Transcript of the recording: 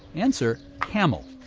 answer camel.